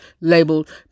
labeled